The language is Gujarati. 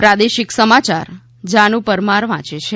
પ્રાદેશિક સમાચાર જાનુ પરમાર વાંચે છે